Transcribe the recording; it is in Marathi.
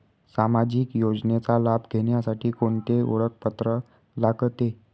सामाजिक योजनेचा लाभ घेण्यासाठी कोणते ओळखपत्र लागते?